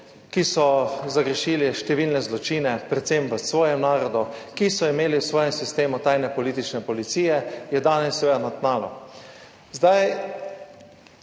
ki so zagrešili številne zločine, predvsem svojem narodu, ki so imeli v svojem sistemu tajne politične policije, je danes seveda na tnalu.